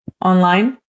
online